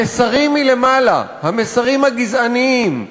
המסרים מלמעלה, המסרים הגזעניים,